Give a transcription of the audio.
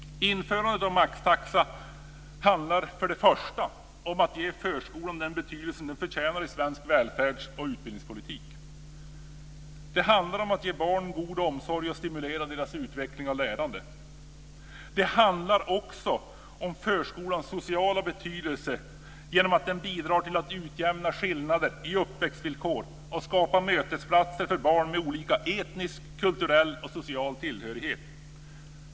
För det första handlar införandet av maxtaxan om att ge förskolan den betydelse som den förtjänar i svensk välfärds och utbildningspolitik. Det handlar om att ge barn god omsorg och om att stimulera deras utveckling och lärande. Det handlar också om förskolans sociala betydelse genom att den bidrar till att utjämna skillnader i uppväxtvillkor och skapa mötesplatser för barn med olika etnisk, kulturell och social tillhörighet.